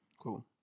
Cool